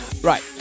Right